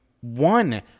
one